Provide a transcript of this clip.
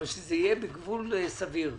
אבל שזה יהיה בגבול סביר.